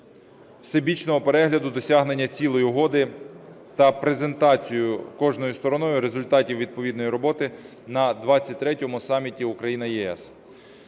всебічного перегляду досягнення цілей Угоди та презентацію кожною стороною результатів відповідної роботи на 23 саміті Україна-ЄС.